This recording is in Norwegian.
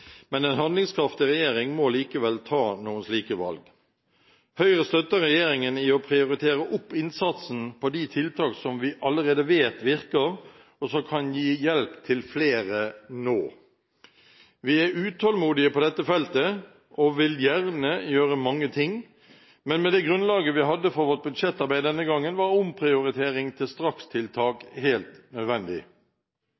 men en handlingskraftig regjering må likevel ta noen slike valg. Høyre støtter regjeringen i å prioritere innsatsen på de tiltak som vi allerede vet virker, og som kan gi hjelp til flere nå. Vi er utålmodige på dette feltet, og vil gjerne gjøre mange ting, men med det grunnlaget vi hadde for vårt budsjettarbeid denne gangen, var omprioritering til strakstiltak